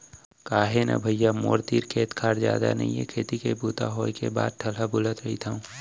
का हे न भइया मोर तीर खेत खार जादा नइये खेती के बूता होय के बाद ठलहा बुलत रथव